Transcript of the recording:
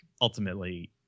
ultimately